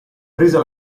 presa